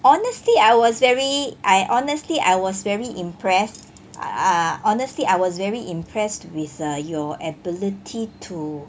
honestly I was very I honestly I was very impressed err honestly I was very impressed with uh your ability to